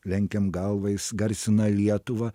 lenkiam galvą jis garsina lietuvą